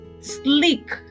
sleek